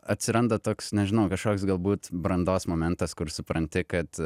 atsiranda toks nežinau kažkoks galbūt brandos momentas kur supranti kad